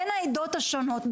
בין העדות השונות,